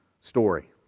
story